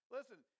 Listen